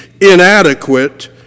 inadequate